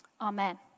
Amen